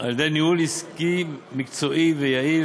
תהיה פטורה ממס על הכנסה מדיבידנד או מריבית המשתלמים